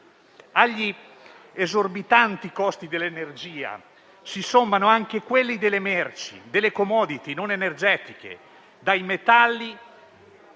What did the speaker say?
Agli esorbitanti costi dell'energia si sommano anche quelli delle merci, delle *commodity* non energetiche, dai metalli